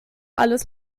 alles